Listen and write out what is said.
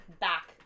back